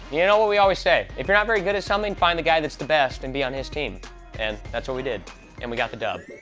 you know what we always say if you're not very good at something, find the guy that's the best and be on his team and that's what we did and we got the dub.